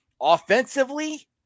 offensively